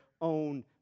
own